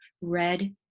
red